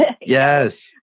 Yes